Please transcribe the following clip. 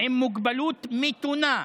עם מוגבלות מתונה,